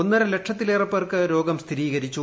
ഒന്നര ലക്ഷത്തിലേറെ പേർക്ക് രോഗം സ്ഥിരീകരിച്ചു